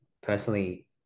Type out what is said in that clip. personally